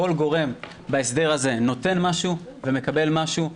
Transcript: כל גורם בהסדר הזה נותן משהו ומקבל משהו.